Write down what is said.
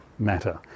Matter